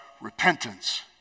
repentance